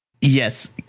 Yes